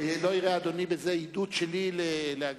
לא יראה אדוני בזה עידוד שלי להגזים.